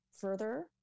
further